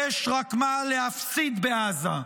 יש רק מה להפסיד בעזה,